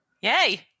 Yay